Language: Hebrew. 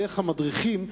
דרך המדריכים,